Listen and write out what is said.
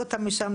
לשחרר אותם?